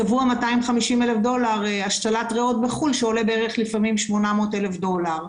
צבוע 250 אלף דולר השתלת ריאות בחו"ל שעולה לפעמים בערך 800 אלף דולר.